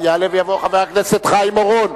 יעלה ויבוא חבר הכנסת חיים אורון,